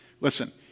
Listen